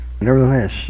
Nevertheless